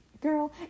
Girl